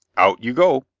out you go.